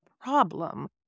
problem